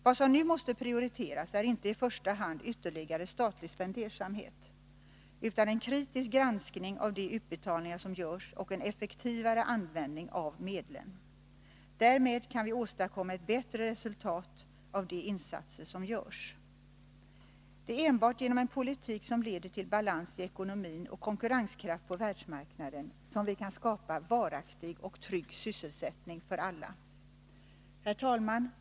Vad som nu måste prioriteras är inte i första hand ytterligare statlig spendersamhet utan en kritisk granskning av de utbetalningar som görs och en effektivare användning av medlen. Därmed kan vi åstadkomma ett bättre resultat av de insatser som görs. Det är enbart genom en politik som leder till balans i ekonomin och konkurrenskraft på världsmarknaden som vi kan skapa varaktig och trygg sysselsättning för alla. Herr talman!